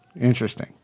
Interesting